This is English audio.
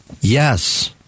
Yes